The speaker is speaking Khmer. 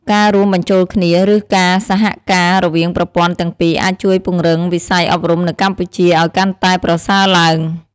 ការរួមបញ្ចូលគ្នា ឬការសហការរវាងប្រព័ន្ធទាំងពីរអាចជួយពង្រឹងវិស័យអប់រំនៅកម្ពុជាឲ្យកាន់តែប្រសើរឡើង។